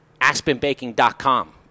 AspenBaking.com